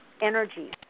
energy